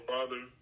Father